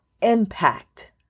impact